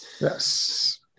Yes